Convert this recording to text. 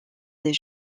des